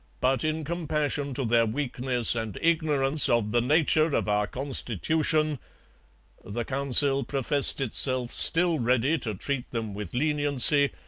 but in compassion to their weakness and ignorance of the nature of our constitution the council professed itself still ready to treat them with leniency,